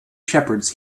shepherds